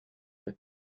the